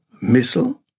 missile